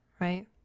right